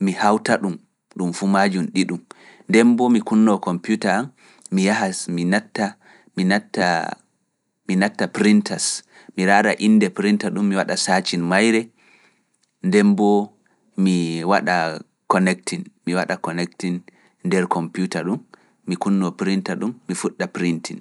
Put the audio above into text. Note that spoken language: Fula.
mi hawta ɗum, ɗum fumaaji ɗiɗum, nden mbo mi kunnoo kompyuta an, mi yahas. mi natta, mi natta, mi natta printas, mi raara innde printa ɗum, mi waɗa saacin mayre, nden mbo mi waɗa connecting, mi waɗa connecting nder kompyuta ɗum, mi kunnoo printa ɗum, mi fuɗɗa printing.